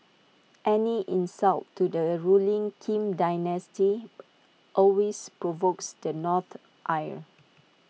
any insult to the ruling Kim dynasty always provokes the North's ire